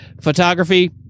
photography